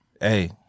hey